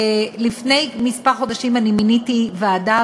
לפני כמה חודשים מיניתי ועדה,